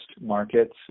markets